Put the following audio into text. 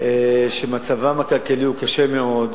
מדינות שמצבן הכלכלי הוא קשה מאוד,